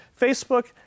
Facebook